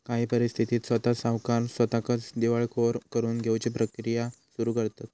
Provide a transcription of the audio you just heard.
काही परिस्थितीत स्वता सावकार स्वताकच दिवाळखोर करून घेउची प्रक्रिया सुरू करतंत